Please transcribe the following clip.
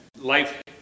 life